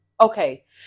okay